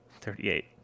Thirty-eight